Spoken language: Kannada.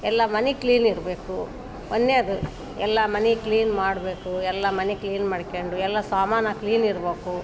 ಎಲ್ಲ ಮನೆ ಕ್ಲೀನ್ ಇರಬೇಕು ಒಂದನೇದು ಎಲ್ಲ ಮನೆ ಕ್ಲೀನ್ ಮಾಡಬೇಕು ಎಲ್ಲ ಮನೆ ಕ್ಲೀನ್ ಮಾಡ್ಕೊಂಡು ಎಲ್ಲ ಸಾಮಾನು ಕ್ಲೀನ್ ಇರ್ಬೇಕು